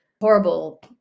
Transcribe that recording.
horrible